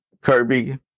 Kirby